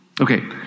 Okay